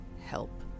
help